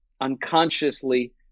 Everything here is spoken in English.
unconsciously